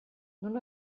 non